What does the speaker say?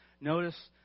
notice